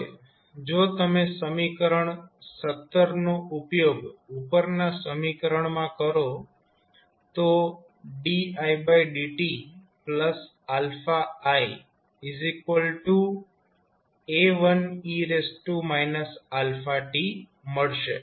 હવે જો તમે સમીકરણ નો ઉપયોગ ઉપરના સમીકરણમાં કરો તો didtiA1e t મળશે